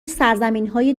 سرزمینای